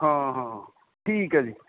ਹਾਂ ਹਾਂ ਠੀਕ ਹੈ ਜੀ